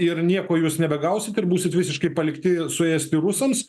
ir nieko jūs nebegausit ir būsite visiškai palikti suėsti rusams